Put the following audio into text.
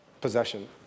possession